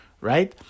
right